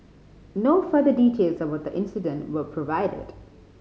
no further details about the incident were provided